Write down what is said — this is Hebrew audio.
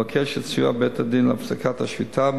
לבקש את סיוע בית-הדין להפסקת השביתה.